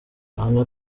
ahamya